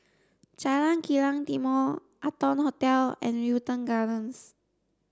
Jalan Kilang Timor Arton Hotel and Wilton Gardens